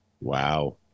Wow